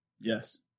Yes